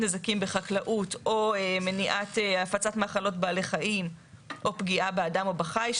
נזקים בחקלאות או מניעת הפצת מחלות בעלי חיים או פגיעה באדם או בחי.